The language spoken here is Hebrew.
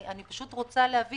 אני פשוט רוצה להבין